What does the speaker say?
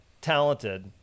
talented